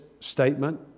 statement